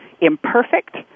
imperfect